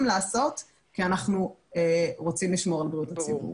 לעשות כי אנחנו רוצים לשמור על בריאות הציבור.